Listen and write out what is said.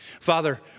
Father